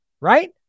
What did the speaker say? Right